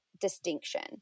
distinction